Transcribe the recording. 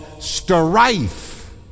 strife